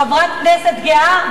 חברת כנסת גאה,